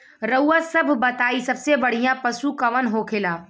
रउआ सभ बताई सबसे बढ़ियां पशु कवन होखेला?